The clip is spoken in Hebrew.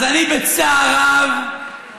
אז אני בצער רב,